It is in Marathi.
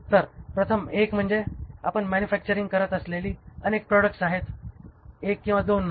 तर प्रथम एक म्हणजे आपण मॅनुफॅक्चरिंग करत असलेली अनेक प्रॉडक्ट आहेत एक किंवा दोन नाही